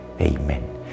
amen